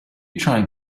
trying